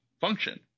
function